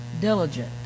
diligent